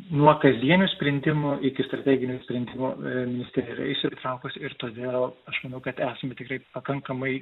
nuo kasdienių sprendimų iki strateginių sprendimų ministerija yra įsitraukus ir todėl aš manau kad esame tikrai pakankamai